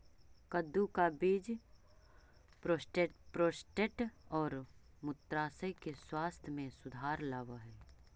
कद्दू का बीज प्रोस्टेट और मूत्राशय के स्वास्थ्य में सुधार लाव हई